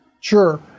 Sure